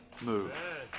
move